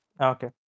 Okay